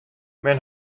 men